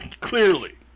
Clearly